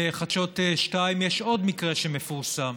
בחדשות 2, יש עוד מקרה שמפורסם.